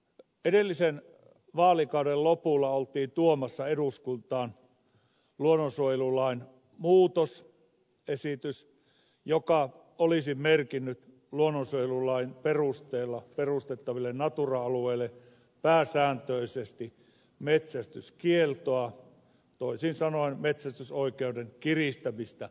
edellisen vaalikauden lopulla oltiin tuomassa eduskuntaan luonnonsuojelulain muutosesitys joka olisi merkinnyt luonnonsuojelulain perusteella perustettaville natura alueille pääsääntöisesti metsästyskieltoa toisin sanoen metsästysoikeuden kiristämistä natura alueilla